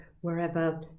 wherever